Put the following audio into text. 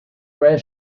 where